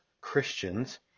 Christians